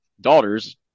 daughters